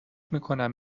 میکنم